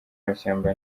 amashyamba